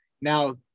now